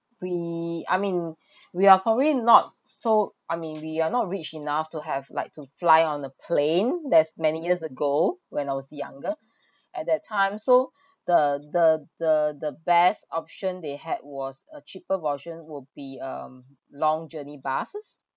we I mean we are probably not so I mean we are not rich enough to have like to fly on the plane thats many years ago when I was younger at that time so the the the the best option they had was a cheaper version will be um long journey busses